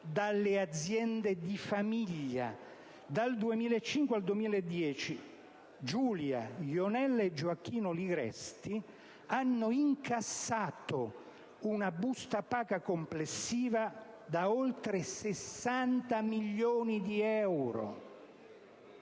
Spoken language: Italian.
dalle aziende di famiglia. Dal 2005 al 2010 Giulia, Jonella e Gioacchino Ligresti hanno incassato una busta paga complessiva da oltre 60 milioni di euro,